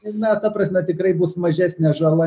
na ta prasme tikrai bus mažesnė žala